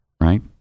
right